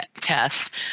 test